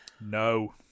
No